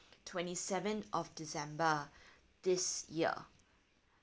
twenty seventh of december this year